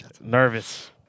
Nervous